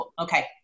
okay